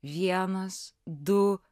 vienas du